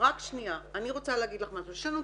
כשמדברים על